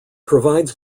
provides